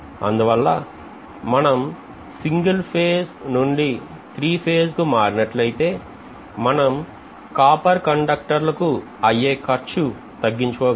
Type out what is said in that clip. అందువల్ల మనం single phase నుండి త్రీ ఫేజ్ కు కలిగినట్లయితే మనం కాపర్ కండక్టర్లకు అయ్యే ఖర్చు తగ్గించుకో గలం